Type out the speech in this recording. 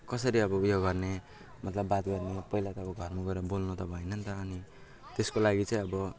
कसरी अब उयो गर्ने मतलब बात गर्नु पहिला त अब घरमा गएर बोल्नु त भएन नि त अनि त्यसको लागि चाहिँ अब